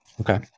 Okay